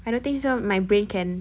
I don't think so my brain can